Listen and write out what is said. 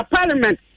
Parliament